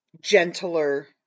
gentler